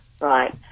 Right